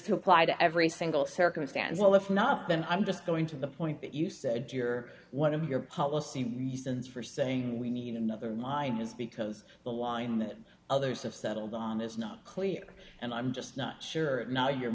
to apply to every single circumstance well if not then i'm just going to the point that you said your one of your policy reasons for saying we need another mine is because the line that others have settled on is not clear and i'm just not sure now you